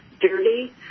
dirty